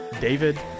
David